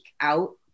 out